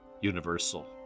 universal